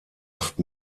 oft